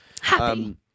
happy